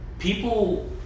People